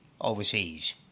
overseas